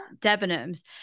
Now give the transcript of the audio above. Debenham's